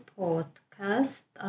podcast